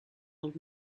old